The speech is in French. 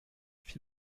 fit